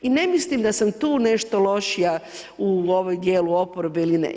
I ne mislim da sam tu nešto lošija u ovom dijelu oporbe ili ne.